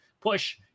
push